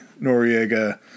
Noriega